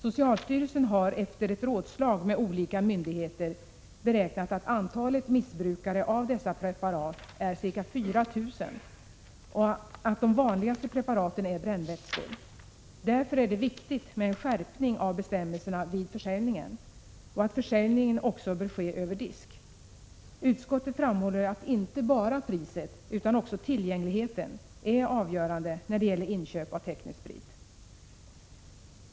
Socialstyrelsen har efter ett rådslag med olika myndigheter beräknat att antalet missbrukare av dessa preparat är ca 4 000 och att de vanligaste preparaten är brännvätskor. Därför är det viktigt att man skärper bestämmelserna för försäljningen och att försäljningen sker över disk. Utskottet framhåller att inte bara priset utan också tillgängligheten är avgörande när det gäller inköp av teknisk sprit.